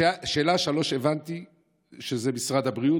שאלה 3, הבנתי שזה משרד הבריאות.